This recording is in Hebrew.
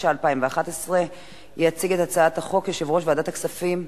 התשע"א 2011. יציג את הצעת החוק יושב-ראש ועדת הכספים,